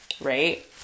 Right